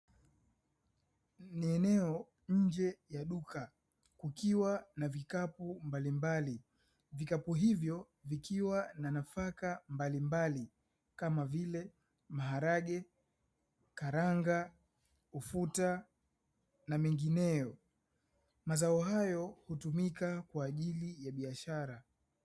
Ni eneo nje ya duka kukiwa na vikapu mbalimbali, vikapu hivyo vikiwa na nafaka mbalimbali kama vile: maharage, karanga, ufuta na mengineyo. Mazao hayo hutumika kwa ajili ya biashara